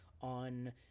on